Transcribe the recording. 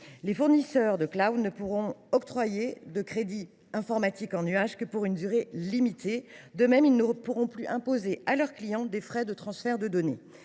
Les fournisseurs de ne pourront octroyer de crédits informatiques en nuage que pour une durée limitée. En parallèle, ils ne pourront plus imposer à leurs clients des frais de transfert de données.